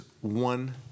one